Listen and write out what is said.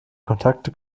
kontakte